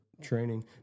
training